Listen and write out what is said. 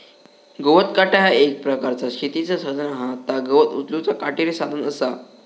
गवत काटा ह्या एक प्रकारचा शेतीचा साधन हा ता गवत उचलूचा काटेरी साधन असा